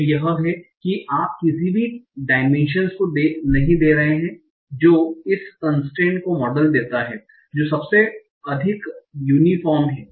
तो यह है कि आप किसी भी डाईमेन्शनस को नहीं दे रहे हैं जो इस कन्स्ट्रेन्ट को मॉडल देता है जो सबसे अधिक यूनीफोर्म है